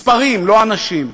מספרים, לא אנשים.